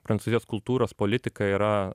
prancūzijos kultūros politika yra